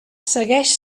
segueix